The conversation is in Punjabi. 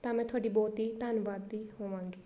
ਤਾਂ ਮੈਂ ਤੁਹਾਡੀ ਬਹੁਤ ਹੀ ਧੰਨਵਾਦੀ ਹੋਵਾਂਗੀ